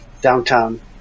downtown